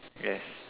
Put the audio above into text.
yes